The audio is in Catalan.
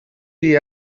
dia